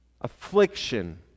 affliction